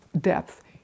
depth